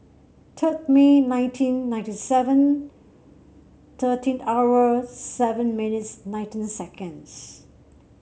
third May nineteen ninety seven thirteen hour seven minutes nineteen seconds